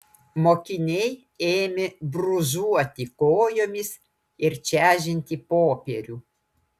mokiniai ėmė brūžuoti kojomis ir čežinti popierių